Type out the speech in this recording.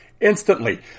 instantly